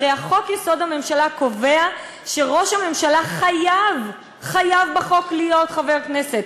הרי חוק-יסוד: הממשלה קובע שראש הממשלה חייב להיות חבר הכנסת.